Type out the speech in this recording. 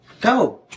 Go